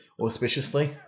auspiciously